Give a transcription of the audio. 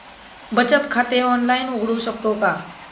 बचत खाते ऑनलाइन उघडू शकतो का?